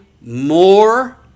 more